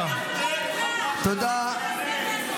בטח לא אתה.